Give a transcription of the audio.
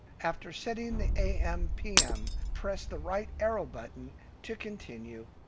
after setting the am pm, press the right arrow button to continue.